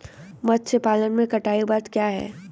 मत्स्य पालन में कटाई के बाद क्या है?